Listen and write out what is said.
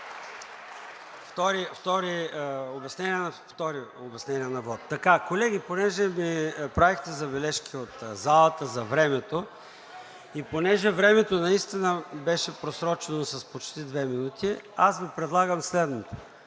Второ обяснение на вот. Колеги, понеже ми правехте забележка от залата за времето и понеже времето наистина беше просрочено с почти две минути, аз Ви предлагам следното: